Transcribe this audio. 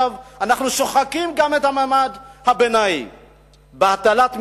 אנחנו שוחקים גם את מעמד הביניים בהטלת מסים,